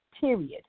Period